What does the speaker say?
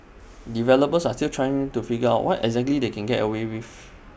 developers are still trying to figure out what exactly they can get away with